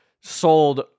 sold